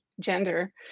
gender